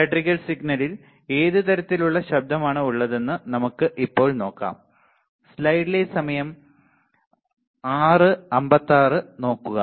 electrical സിഗ്നലിൽ ഏത് തരത്തിലുള്ള ശബ്ദമാണ് ഉള്ളതെന്ന് ഇപ്പോൾ നമുക്ക് നോക്കാം